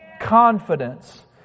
confidence